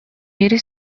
мире